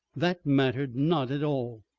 that mattered not at all.